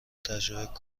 تجربه